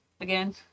Again